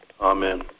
Amen